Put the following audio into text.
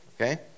Okay